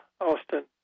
Austin